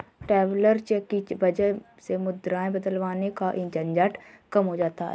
traveller cheque की वजह से मुद्राएं बदलवाने का झंझट कम हो जाता है